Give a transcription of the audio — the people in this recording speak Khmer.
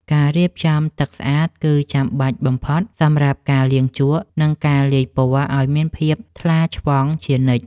ការរៀបចំទឹកស្អាតគឺចាំបាច់បំផុតសម្រាប់ការលាងជក់ និង ការលាយពណ៌ឱ្យមានភាពថ្លាឆ្វង់ជានិច្ច។